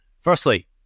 Firstly